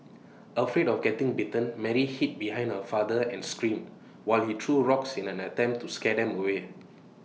afraid of getting bitten Mary hid behind her father and screamed while he threw rocks in an attempt to scare them away